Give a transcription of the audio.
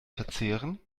verzehren